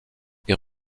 est